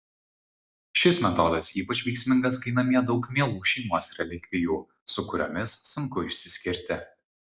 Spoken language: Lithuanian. šis metodas ypač veiksmingas kai namie daug mielų šeimos relikvijų su kuriomis sunku išsiskirti